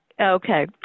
Okay